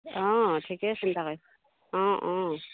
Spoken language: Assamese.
অঁ ঠিকেই চিন্তা কৰি অঁ অঁ